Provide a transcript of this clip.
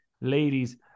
ladies